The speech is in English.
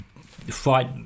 fight